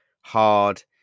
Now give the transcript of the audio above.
hard